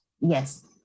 Yes